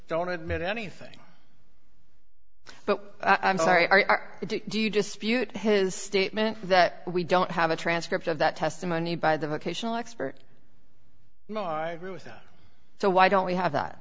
don't admit anything but i'm sorry do you just spewed his statement that we don't have a transcript of that testimony by them occasional expert no i agree with that so why don't we have that